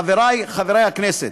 חברי חברי הכנסת,